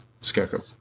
scarecrow